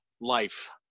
life